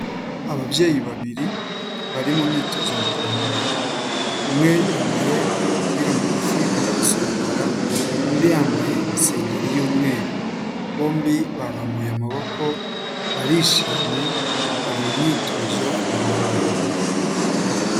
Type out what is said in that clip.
Ababyeyi babiri bari mu myitozo ngororamubiri, umwe yambaye umupira mugufi wenda gusa umukara, undi yambaye isengeri y'umweru, bombi barambuye amaboko barishimye, bari mu myitozo ngororamubiri.